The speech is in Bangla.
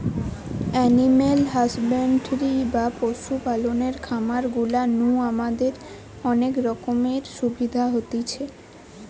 এনিম্যাল হাসব্যান্ডরি বা পশু পালনের খামার গুলা নু আমাদের অনেক রকমের সুবিধা হতিছে